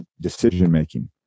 decision-making